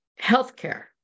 healthcare